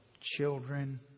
Children